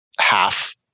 half